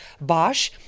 Bosch